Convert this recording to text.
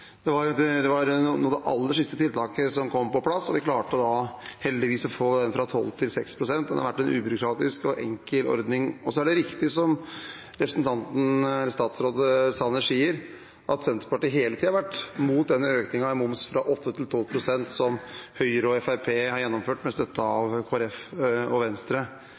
Det var et av de aller siste tiltakene som kom på plass, og vi klarte heldigvis å få den fra 12 til 6 pst. Det har vært en ubyråkratisk og enkel ordning. Det er riktig som statsråd Sanner sier, at Senterpartiet hele tiden har vært imot økningen i moms fra 8 til 12 pst., som Høyre og Fremskrittspartiet har gjennomført med støtte fra Kristelig Folkeparti og Venstre.